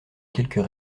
quelques